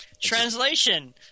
Translation